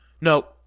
No